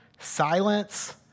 silence